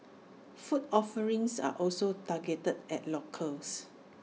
food offerings are also targeted at locals